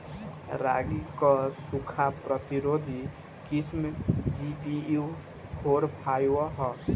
रागी क सूखा प्रतिरोधी किस्म जी.पी.यू फोर फाइव ह?